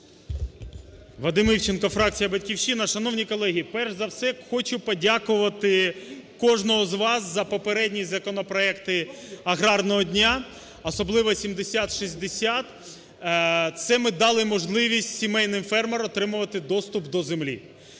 Вадим Івченко, фракція "Батьківщина". Шановні колеги, перш за все, хочу подякувати кожного з вас за попередні законопроекти аграрного дня, особливо 7060. Це ми дали можливість сімейним фермерам отримувати доступ до землі.